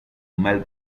mel